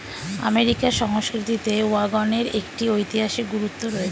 আমেরিকার সংস্কৃতিতে ওয়াগনের একটি ঐতিহাসিক গুরুত্ব রয়েছে